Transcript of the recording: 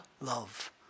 love